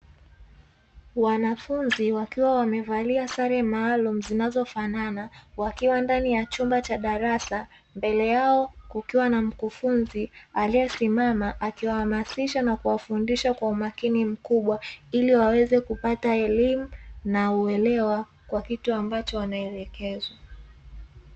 Wanafunzi wakiwa wamevalia sare maalumu zinazofanana, wakiwa ndani ya chumba cha darasa, mbele yao kukiwa na mkufunzi aliyesimama akiwahamasisha na kuwafundisha kwa umakini mkubwa, ili waweze kupata elimu na uelewa kwa kitu ambacho wanaelekezwa.